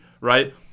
right